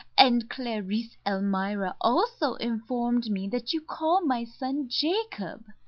and clarice almira also informed me that you call my son jacob.